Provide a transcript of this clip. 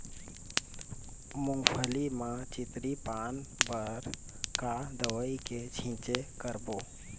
मूंगफली म चितरी पान बर का दवई के छींचे करबो?